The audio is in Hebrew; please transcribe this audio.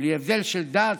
בלי הבדלי דת,